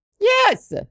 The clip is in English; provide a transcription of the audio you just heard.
Yes